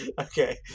Okay